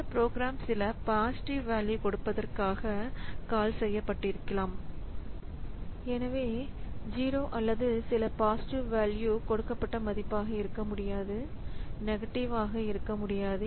இந்த புரோகிராம் சில positive value கொடுப்பதற்காக கால் செய்யப்பட்டிருக்கலாம் எனவே 0 அல்லது சில பாசிட்டிவ் வேல்யூ கொடுக்கப்பட்ட மதிப்பாக இருக்க முடியாது நெகட்டிவ் ஆக இருக்க முடியாது